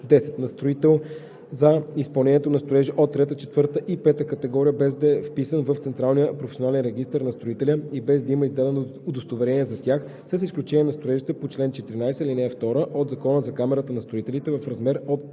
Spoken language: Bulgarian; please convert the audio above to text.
10. на строител, за изпълнението на строежи от трета, четвърта и пета категория, без да е вписан в Централния професионален регистър на строителя и без да има издадено удостоверение за тях, с изключение на строежите по чл. 14, ал. 2 от Закона за Камарата на строителите – в размер от 10